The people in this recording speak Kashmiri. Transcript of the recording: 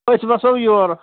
أسۍ وَسو یورٕ